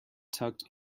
tucked